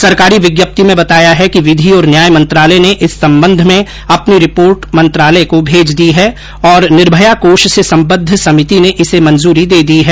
सरकारी विज्ञप्ति में बताया है कि विधि और न्याय मंत्रालय ने इस संबंध में अपनी रिपोर्ट मंत्रालय को भेज दी है और निर्भया कोष से संबद्ध समिति ने इसे मंजूरी दे दी है